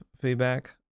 feedback